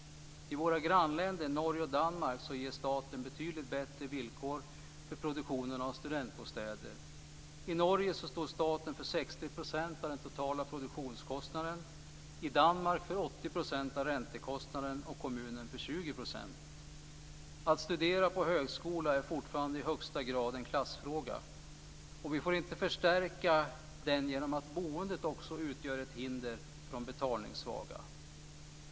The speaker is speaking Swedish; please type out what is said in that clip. I våra grannländer Norge och Danmark ger staten betydligt bättre villkor för produktionen av studentbostäder. I Norge står staten för 60 % av den totala produktionskostnaden, och i Danmark står staten för Att studera på högskola är fortfarande i högsta grad en klassfråga. Vi får inte förstärka den genom att boendet också utgör ett hinder för de betalningssvaga.